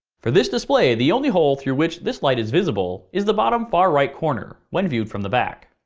for this display, the only hole through which this light is visible, is the bottom far right corner, when viewed from the back.